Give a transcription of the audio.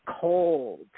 cold